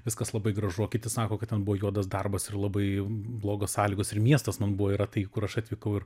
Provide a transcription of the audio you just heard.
viskas labai gražu o kiti sako kad ten buvo juodas darbas ir labai blogos sąlygos ir miestas man buvo yra tai kur aš atvykau ir